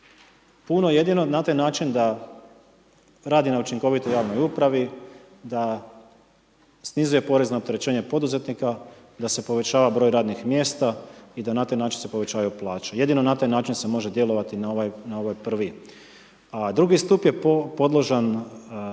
puno jedino na taj način da radi na učinkovitoj javnoj upravi, da snizuje porezna opterećenja poduzetnika, da e povećava broj radnih mjesta i da na taj način se povećavaju plaće. jedino na taj način se može djelovati na ovaj prvi. Drugi stup je podložan